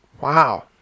Wow